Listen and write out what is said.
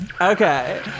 Okay